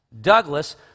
Douglas